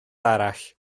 arall